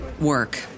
work